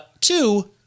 two